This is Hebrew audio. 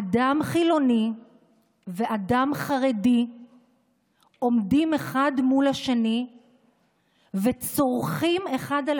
אדם חילוני ואדם חרדי עומדים אחד מול השני וצורחים אחד על